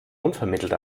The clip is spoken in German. unvermittelt